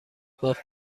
باف